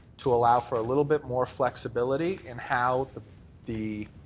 to allow for a little bit more flexibility in how the the